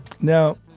Now